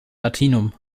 latinum